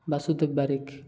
Basudev Barik